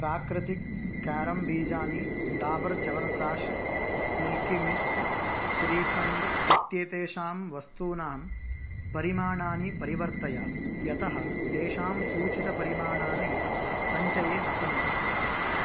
प्राकृतिक् कारम् बीजानि Dabur chyawanprash milky mist shrikhand इत्येतेषां वस्तूनां परिमाणानि परिवर्तय यतः तेषां सूचितपरिमाणानि सञ्चये न सन्ति